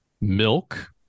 Milk